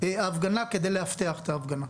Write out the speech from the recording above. ההפגנה כדי לאבטח את ההפגנה.